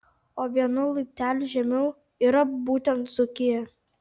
o vienu laipteliu žemiau yra būtent dzūkija